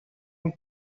een